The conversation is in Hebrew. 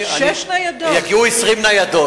יגיעו 20 ניידות.